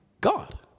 God